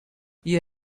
you